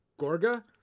Gorga